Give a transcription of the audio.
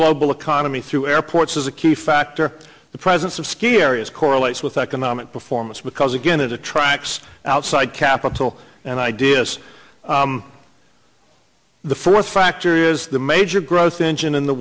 global economy through airports is a key factor the presence of ski areas correlates with economic performance because again it attracts outside capital and ideas the first factor is the major growth engine in the